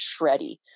shreddy